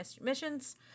missions